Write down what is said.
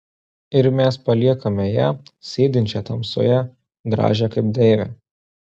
ir mes paliekame ją sėdinčią tamsoje gražią kaip deivę